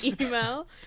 email